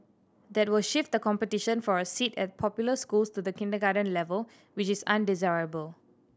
that will shift the competition for a seat at popular schools to the kindergarten level which is undesirable